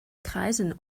kreisen